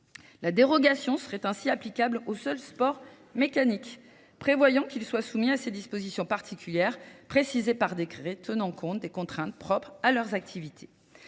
La dérogation serait ainsi applicable au seul sport mécanique, prévoyant qu'il soit soumis à ses dispositions particulières, précisé par décret, tenant compte des contraintes propres à leurs activités.